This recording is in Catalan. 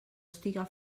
estiga